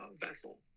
vessel